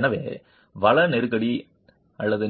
எனவே வள நெருக்கடி